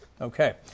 okay